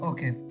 Okay